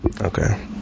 Okay